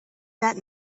that